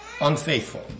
unfaithful